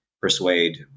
persuade